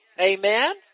Amen